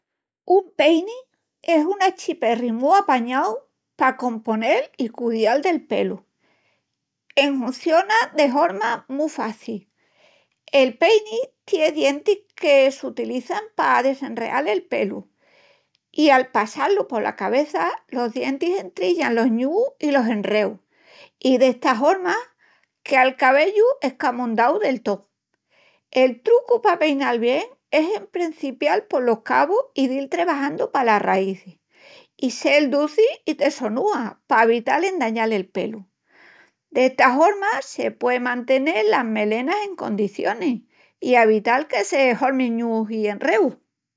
Un peini es un achiperri mu apañau pa componel i cudial del pelu. Enhunciona de horma mu faci. El peini tie dientis que s'utilizan pa desenreal el pelu, i al passá-lu pola cabeça, los dientis entrillan los ñúus i los enreus, i d'essa horma quea'l cabellu escamondau del tó. El trucu pa peinal bien es emprencipial polos cabus i dil trebajandu palas raízis, i sel duci i tesonúa p'avital endañal el pelu. D'esta horma, se puei mantenel las melenas en condicionis, i avital que se hormin ñúus i enreus.